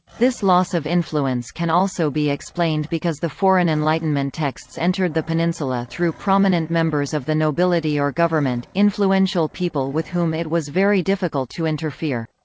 this loss of influence can also be explained because the foreign enlightenment texts entered the peninsula through prominent members of the nobility or government, influential people with whom it was very difficult to interfere.